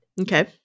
Okay